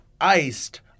iced